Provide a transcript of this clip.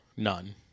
None